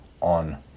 on